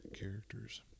characters